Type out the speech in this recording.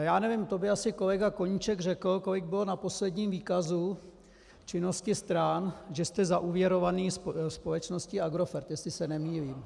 Já nevím, to by asi kolega Koníček řekl, kolik bylo na posledním výkazu činnosti stran, že jste zaúvěrovaní společností Agrofert, jestli se nemýlím.